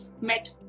met